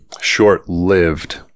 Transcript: short-lived